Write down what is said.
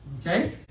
Okay